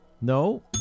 No